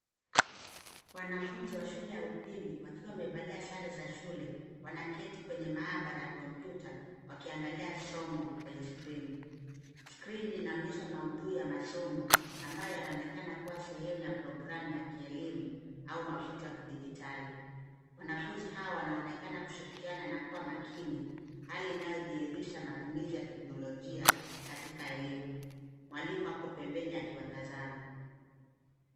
Wanafunzi wa shule ya upili wakiwa wamevalia sare za shule, wanaketi kwenye maabara ya kompyuta wakiangalia somo kwenye skrini. Skrini inaonyesha maudhui ya masomo ambayo yanaonekana kuwa sehemu ya programu ya kielimu au mafunzo ya kidijitali. Wanafunzi hawa wanaonekana kushirikiana na kuwa makini, hali inayodhihirisha matumizi ya teknolojia katika elimu. Mwalimu ako pembeni akiwatazama.